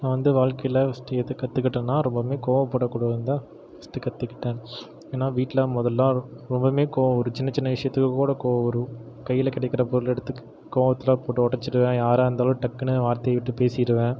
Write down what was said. நான் வந்து வாழ்க்கையில ஃபர்ஸ்ட் எது கற்றுக்கிட்டேன்னா ரொம்பவுமே கோவப்படக்கூடாதுன்னு தான் ஃபர்ஸ்ட்டு கற்றுக்கிட்டேன் ஏன்னா வீட்ல முதல்ல ரொம்பவுமே கோவம் வரும் சின்ன சின்ன விஷயத்துக்கு கூட கோவம் வரும் கையில கிடைக்கிற பொருள் எடுத்து கோவத்தில் போட்டு உடச்சிருவேன் யாராக இருந்தாலும் டக்குன்னு வார்த்தையை விட்டு பேசிருவேன்